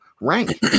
rank